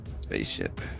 spaceship